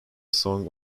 song